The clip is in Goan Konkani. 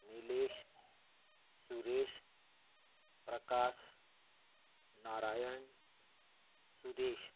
निलेश सुरेश प्रकाश नारायण सुदेश